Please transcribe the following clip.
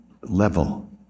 level